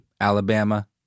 Alabama